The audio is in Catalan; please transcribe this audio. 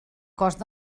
cost